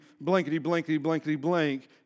blankety-blankety-blankety-blank